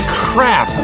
crap